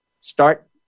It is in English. start